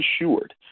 assured